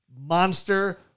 monster